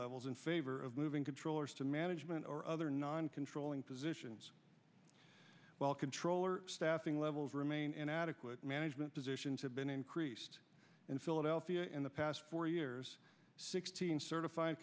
levels in favor of moving controllers to management or other non controlling positions while controller staffing levels remain inadequate management positions have been increased in philadelphia in the past four years sixteen certif